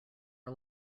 are